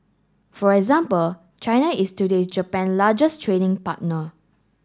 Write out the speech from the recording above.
for example China is today Japan largest trading partner